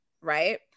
right